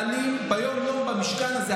ומתנהלים ביום-יום במשכן הזה,